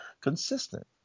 consistent